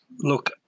Look